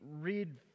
read